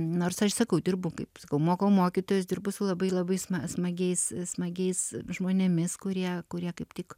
nors aš sakau dirbu kaip sakau mokau mokytojus dirbu su labai labai sma smagiais smagiais žmonėmis kurie kurie kaip tik